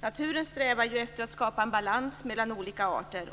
Naturen strävar ju efter att skapa en balans mellan olika arter.